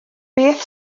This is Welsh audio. beth